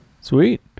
Sweet